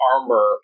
armor